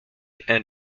and